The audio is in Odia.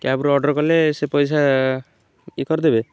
କ୍ୟାବ୍ର ଅର୍ଡ଼ର୍ କଲେ ସେ ପଇସା ଇଏ କରିଦେବେ